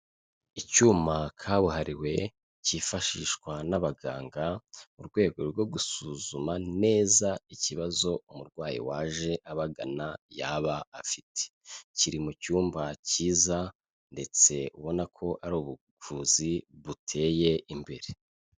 Icyuma kabuhariwe, cyifashishwa n'abaganga mu rwego rwo gusuzuma neza ikibazo umurwayi waje abagana yaba afite. Kiri mu cyumba cyiza ndetse ubona ko ari ubuvuzi buteye imbere.